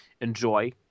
enjoy